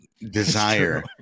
desire